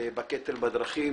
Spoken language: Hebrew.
בקטל בדרכים.